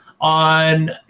on